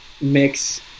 mix